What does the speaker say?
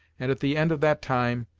and, at the end of that time,